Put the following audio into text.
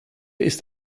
ist